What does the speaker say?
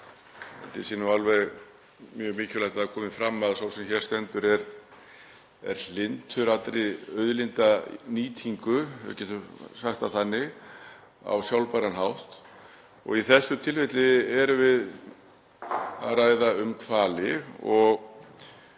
held ég að það sé mjög mikilvægt að það komi fram að sá sem hér stendur er hlynntur allri auðlindanýtingu, ef við getum sagt það þannig, á sjálfbæran hátt. Í þessu tilfelli erum við að ræða um hvali.